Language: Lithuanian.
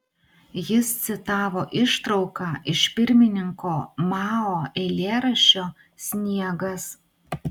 jis citavo ištrauką iš pirmininko mao eilėraščio sniegas